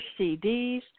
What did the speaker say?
CDs